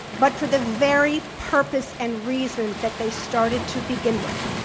but for the very purpose and reason that they started to begin with.